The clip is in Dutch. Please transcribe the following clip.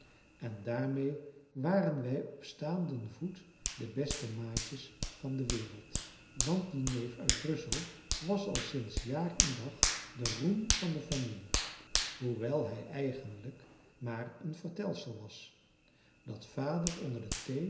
en daarmee waren wij op staanden voet de beste maatjes van de wereld want die neef uit brussel was al sinds jaar en dag de roem van de familie hoewel hij eigenlijk maar een vertelsel was dat vader onder de